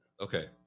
Okay